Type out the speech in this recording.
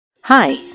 Hi